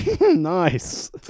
Nice